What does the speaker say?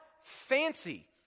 fancy